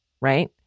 right